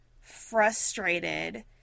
frustrated